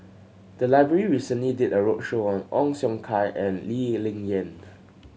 the library recently did a roadshow on Ong Siong Kai and Lee Ling Yen